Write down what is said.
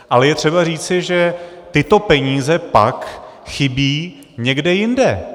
Ale je třeba říci, že tyto peníze pak chybí někde jinde.